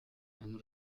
and